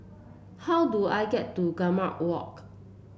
how do I get to Gambir Walk